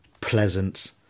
pleasant